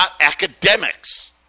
academics